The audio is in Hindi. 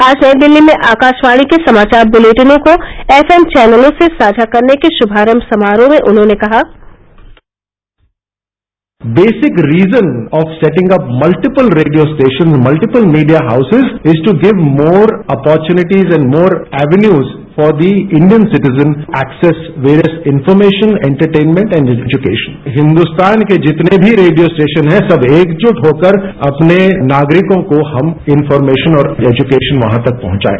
आज नई दिल्ली में आकाशवाणी के समाचार ब्लेटिनों को एफ एम चैनलों से साझा करने के श्भारंभ समारोह में उन्होंने कहा basic reason of setting up multiple radio station multiple media houses is to give more opportunities and more avenues for the Indian citizen access various information entertainment and education Hindustan के जितने भी रेडियो स्टेशन हैं सब एकजुट होकर अपने नागरिकों को हम इनफॉरमेशन और एजुकेशन वहां तक पहुंचाएं